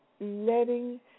letting